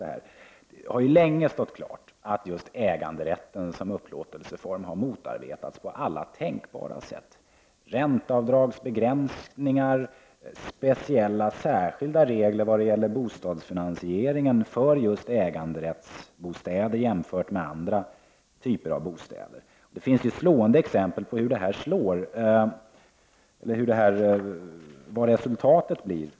Det har ju länge stått klart att just äganderätten som upplåtelseform har motarbetats på alla tänkbara sätt: ränteavdragsbegränsningar och speciella och särskilda regler vad gäller bostadsfinansiering för just äganderättsbostäder jämförda med andra bostäder. Det finns slående exempel på resultatet.